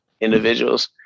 individuals